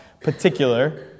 particular